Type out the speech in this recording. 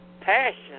passion